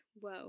whoa